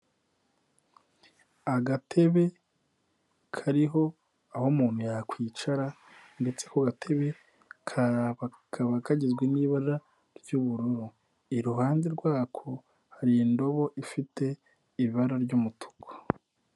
Agatebe kariho aho umuntu yakwicara ndetse ako gatebe kakaba kagizwe n'ibara ry'ubururu. Iruhande rwako hari indobo ifite ibara ry'umutuku.